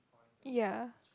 ya